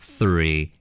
Three